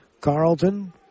Carlton